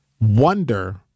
wonder